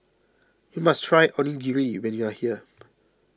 you must try Onigiri when you are here